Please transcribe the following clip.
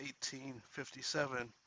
1857